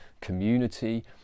community